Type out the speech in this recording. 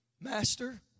Master